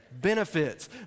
Benefits